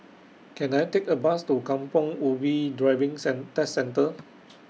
Can I Take A Bus to Kampong Ubi Driving cen Test Centre